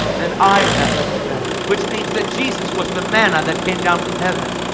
and i am that living bread which means that jesus was the manna that came down from heaven.